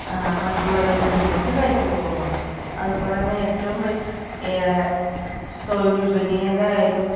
മറ്റുള്ള രാജ്യങ്ങളിലേക്ക് കയറ്റി പോവുന്നുണ്ട് അതുപോലെ തന്നെ ഏറ്റവും തൊഴിൽ വിപണിയിൽ ആയാലും